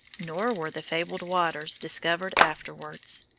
nor were the fabled waters discovered afterwards.